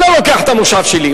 אני לא לוקח את המושב שלי,